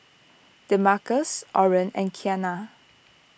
Demarcus Orren and Kiana